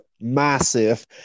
massive